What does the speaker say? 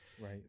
Right